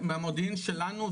מהמודיעין שלנו,